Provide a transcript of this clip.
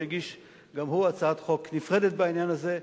שהגיש גם הוא הצעת חוק נפרדת בעניין הזה,